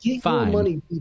fine